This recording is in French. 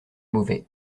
mauvais